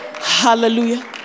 Hallelujah